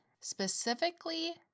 specifically